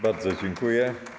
Bardzo dziękuję.